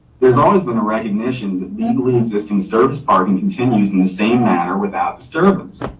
there's always been a recognition legally existing service parking continues in the same manner without disturbance.